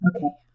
Okay